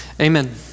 Amen